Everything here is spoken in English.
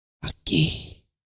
aquí